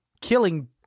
killing